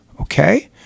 Okay